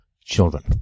children